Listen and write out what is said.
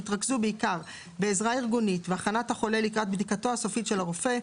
יתרכזו בעיקר בעזרה ארגונית והכנת החולה לקראת בדיקתו הסופית של הרופא,